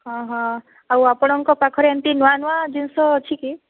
ହଁ ହଁ ଆଉ ଆପଣଙ୍କ ପାଖରେ ଏମିତି ନୂଆ ନୂଆ ଜିନିଷ ଅଛି କି